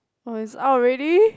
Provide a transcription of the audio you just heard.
oh it's out already